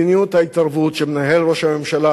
מדיניות ההתערבות שמנהל ראש הממשלה